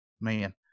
man